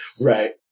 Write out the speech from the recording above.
right